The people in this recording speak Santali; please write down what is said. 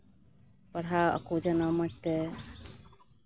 ᱯᱟᱲᱦᱟᱜ ᱟᱠᱚ ᱡᱮᱱᱚ ᱢᱚᱡᱽ ᱛᱮ